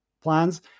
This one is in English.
plans